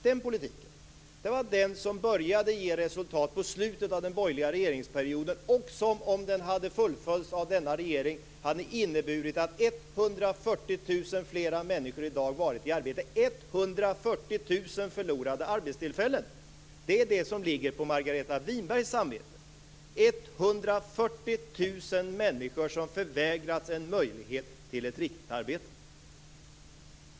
Det var den politiken som började ge resultat i slutet av den borgerliga regeringsperioden och som, om den hade fullföljts av denna regering, hade inneburit att 140 000 fler människor i dag varit i arbete. 140 000 förlorade arbetstillfällen - det är det som ligger på Margareta Winbergs samvete! 140 000 människor som förvägrats en möjlighet till ett riktigt arbete.